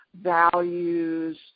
values